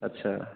अच्छा